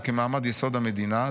או כמעמד יסוד המדינה,